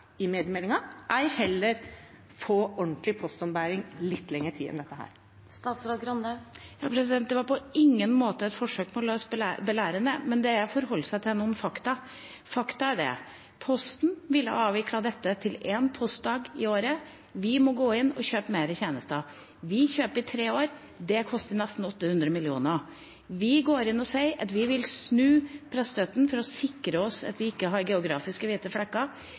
i mediemeldingen, eller få ordentlig postombæring i litt lengre tid enn dette? Det var på ingen måte et forsøk på å være belærende, men det er å forholde seg til noen fakta. Og fakta er dette: Posten ville avvikle dette til én postdag i året. Vi må gå inn og kjøpe mer tjenester. Vi kjøper i tre år, det koster nesten 800 mill. kr. Vi går inn og sier at vi vil snu pressestøtten for å sikre oss at vi ikke har geografiske hvite flekker.